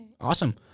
awesome